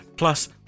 Plus